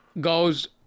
goes